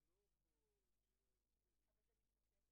בדיוק כמו שאמרת.